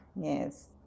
Yes